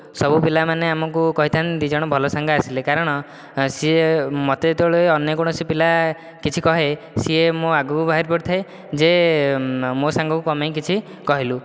ସବୁ ପିଲାମାନେ ଆମକୁ କହିଥାନ୍ତି ଦିଜଣ ଭଲ ସାଙ୍ଗ ଆସିଲେ କାରଣ ସେ ମୋତେ ଯେତେବେଳ ଅନ୍ୟ କୌଣସି ପିଲା କିଛି କହେ ସିଏ ମୋ ଆଗକୁ ବାହାରି ପଡ଼ିଥାଏ ଯେ ମୋ' ସାଙ୍ଗକୁ କଣ ପାଇଁ କିଛି କହିଲୁ